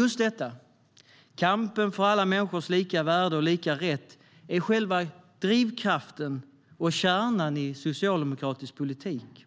Just detta - kampen för alla människors lika värde och lika rätt - är själva drivkraften och kärnan i socialdemokratisk politik.